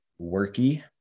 worky